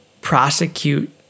prosecute